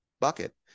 bucket